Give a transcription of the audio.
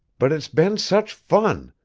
but it's been such fun.